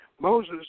Moses